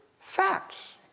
facts